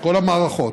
כל המערכות.